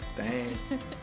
Thanks